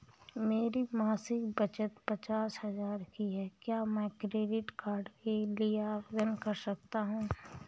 मेरी मासिक बचत पचास हजार की है क्या मैं क्रेडिट कार्ड के लिए आवेदन कर सकता हूँ?